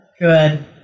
good